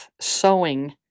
sewing